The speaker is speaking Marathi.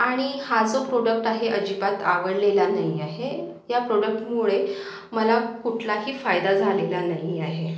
आणि हा जो प्रोडक्ट आहे अजिबात आवडलेला नाही आहे या प्रोडक्टमुळे मला कुठलाही फायदा झालेला नाही आहे